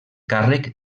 càrrec